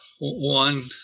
one